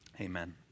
Amen